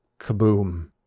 kaboom